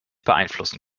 beeinflussen